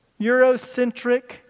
Eurocentric